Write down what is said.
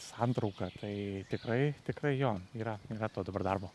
santrauką tai tikrai tikrai jo yra na to dabar darbo